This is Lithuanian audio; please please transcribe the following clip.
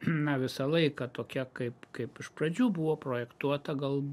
na visą laiką tokia kaip kaip iš pradžių buvo projektuota gal